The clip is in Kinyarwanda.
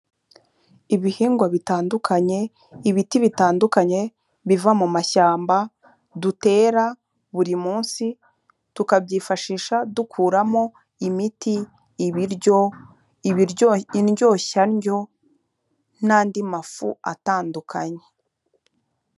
Ibihingwa bitandukanye, ibiti bitandukanye biva mu mashyamba dutera buri munsi tukabyifashisha dukuramo imiti, ibiryo, ibiryo, indyoshya ndyo, n'andi mafu atandukanye.